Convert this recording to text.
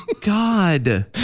god